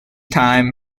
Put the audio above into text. time